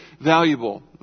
valuable